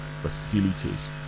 facilities